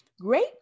great